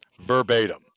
verbatim